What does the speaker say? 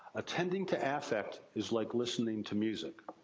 attending to affect is like listening to music.